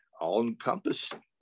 all-encompassing